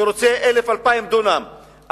שרוצה 1,000 2,000 דונם,